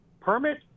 Permit